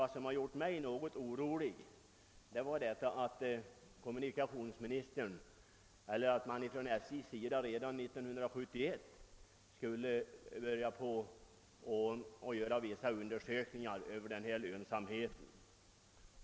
Vad som har gjort mig något orolig är att SJ redan 1971 skulle börja göra vissa undersökningar av lönsamheten.